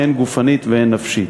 הן גופנית והן נפשית.